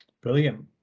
Brilliant